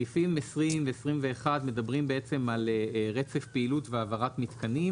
סעיפים 20 ו-21 מדברים על רצף פעילות והעברת מתקנים